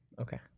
Okay